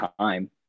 time